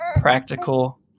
practical